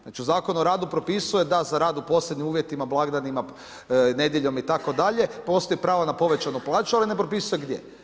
Znači Zakon o radu propisuje da za rad u posebnim uvjetima, blagdanima, nedjeljom itd. postoji pravo na povećanu plaću, ali ne popisuje gdje.